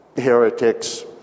heretics